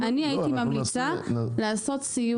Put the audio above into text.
אני הייתי ממליצה לעשות סיור.